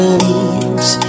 leaves